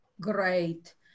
great